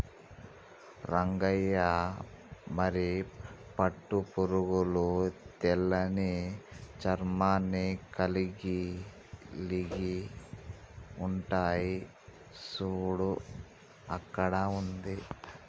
రంగయ్య మరి పట్టు పురుగులు తెల్లని చర్మాన్ని కలిలిగి ఉంటాయి సూడు అక్కడ ఉంది